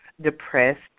depressed